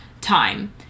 time